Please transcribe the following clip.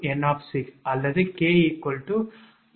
𝑁 அல்லது 𝑘 12